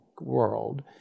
world